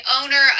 owner